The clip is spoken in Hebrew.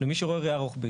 למי שרואה ראייה רוחבית,